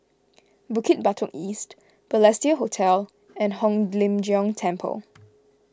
Bukit Batok East Balestier Hotel and Hong Lim Jiong Temple